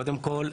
קודם כל,